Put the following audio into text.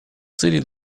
целей